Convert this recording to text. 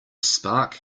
spark